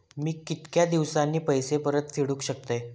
मी कीतक्या दिवसांनी पैसे परत फेडुक शकतय?